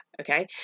Okay